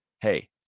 Hey